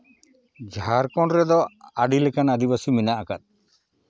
ᱡᱷᱟᱲᱠᱷᱚᱸᱰ ᱨᱮᱫᱚ ᱟᱹᱰᱤ ᱞᱮᱠᱟᱱ ᱟᱹᱫᱤᱵᱟᱹᱥᱤ ᱢᱮᱱᱟᱜ ᱟᱠᱟᱫ